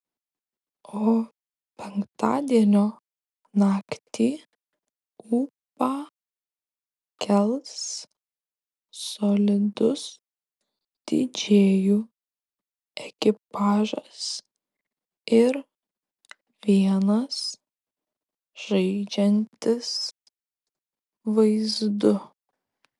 o penktadienio naktį ūpą kels solidus didžėjų ekipažas ir vienas žaidžiantis vaizdu